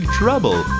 trouble